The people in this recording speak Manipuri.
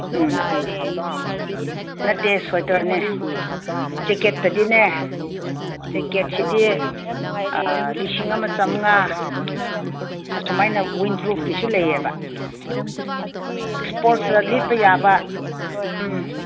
ꯎꯝ ꯅꯠꯇꯦ ꯁ꯭ꯋꯦꯇꯔꯅꯦ ꯖꯦꯛꯀꯦꯠꯇꯗꯤꯅꯦ ꯖꯦꯛꯀꯦꯠꯁꯤꯗꯤ ꯂꯤꯁꯤꯡ ꯑꯃ ꯆꯃꯉꯥ ꯑꯁꯨꯃꯥꯏꯅ ꯋꯤꯟ ꯄ꯭ꯔꯨꯞꯀꯤꯁꯨ ꯂꯩꯌꯦꯕ ꯂꯤꯠꯄ ꯌꯥꯕ ꯎꯝ